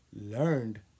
learned